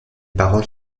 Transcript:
paroles